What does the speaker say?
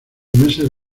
meses